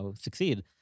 succeed